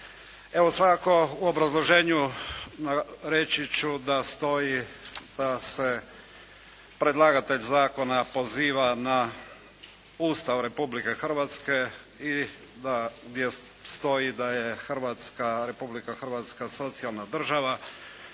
Evo svakako u obrazloženju reći ću da stoji da se predlagatelj zakona poziva na Ustav Republike Hrvatske i gdje stoji da je Republika Hrvatska socijalna država.